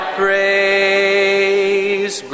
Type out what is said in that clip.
praise